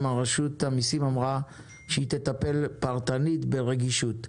רשות המיסים אמרה שהיא תטפל פרטנית ברגישות.